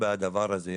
בדבר הזה,